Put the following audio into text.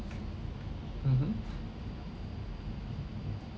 mmhmm